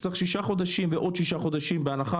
צריך שישה חודשים ועוד שישה חודשים בהנחה